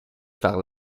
par